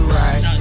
right